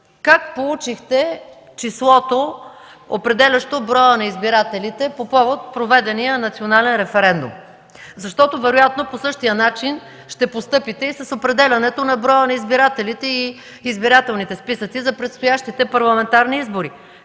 как получихте числото, определящо броя на избирателите, по повод проведения национален референдум? Вероятно по същия начин ще постъпите и с определянето на броя на избирателите и избирателните списъци за предстоящите парламентарни избори.